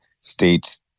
state